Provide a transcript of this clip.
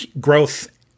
growth